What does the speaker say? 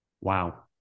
wow